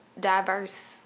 diverse